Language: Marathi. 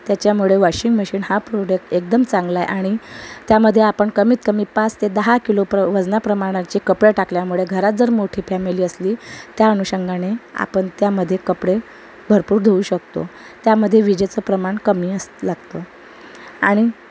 त्याच्यामुळे वॉशिंग मशीन हा प्रोडक्ट एकदम चांगला आहे आणि त्यामध्ये आपण कमीतकमी पाच ते दहा किलो प्र वजनाप्रमाणाचे कपडे टाकल्यामुळं घरात जर मोठी फॅमिली असली त्या अनुषंगाने आपण त्यामध्ये कपडे भरपूर धूवू शकतो त्यामध्ये विजेचं प्रमाण कमी अस् लागतं आणि